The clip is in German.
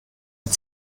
mit